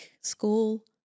school